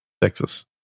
texas